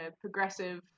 progressive